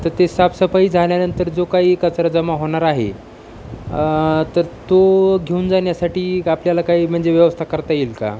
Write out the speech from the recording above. तर ते साफसफाई झाल्यानंतर जो काही कचरा जमा होणार आहे तर तो घेऊन जाण्यासाठी आपल्याला काही म्हणजे व्यवस्था करता येईल का